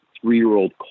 three-year-old